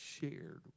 shared